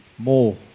more